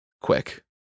Quick